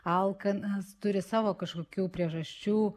alkanas turi savo kažkokių priežasčių